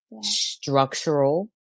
structural